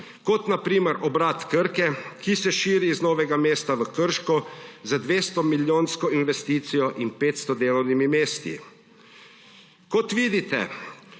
kot na primer obrat Krke, ki se širi iz Novega mesta v Krško z 200-milijonsko investicijo in 500 delovnimi mesti. Kot vidite,